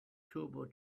turbo